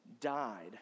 died